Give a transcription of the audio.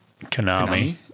Konami